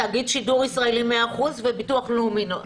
תאגיד שידור ישראלי 100%, וביטוח לאומי לא.